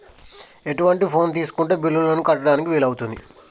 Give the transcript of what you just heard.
ఎటువంటి ఫోన్ తీసుకుంటే బిల్లులను కట్టడానికి వీలవుతది?